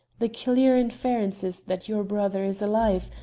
the clear inference is that your brother is alive,